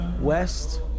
West